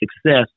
success